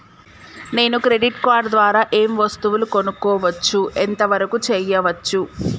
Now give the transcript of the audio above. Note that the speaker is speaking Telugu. నేను క్రెడిట్ కార్డ్ ద్వారా ఏం వస్తువులు కొనుక్కోవచ్చు ఎంత వరకు చేయవచ్చు?